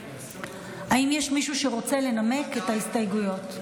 האם יש מישהו שרוצה לנמק את ההסתייגויות?